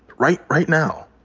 right right now.